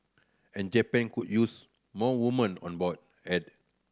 and Japan could use more women on board added